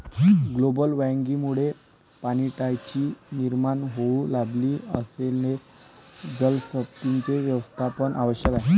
global वॉर्मिंगमुळे पाणीटंचाई निर्माण होऊ लागली असल्याने जलसंपत्तीचे व्यवस्थापन आवश्यक आहे